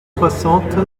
soixante